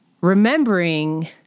remembering